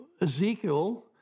Ezekiel